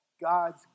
God's